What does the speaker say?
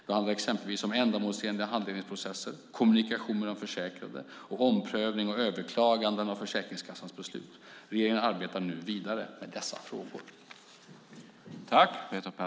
De handlar exempelvis om ändamålsenliga handläggningsprocesser, kommunikation med de försäkrade och omprövning och överklagande av Försäkringskassans beslut. Regeringen arbetar nu vidare med dessa frågor.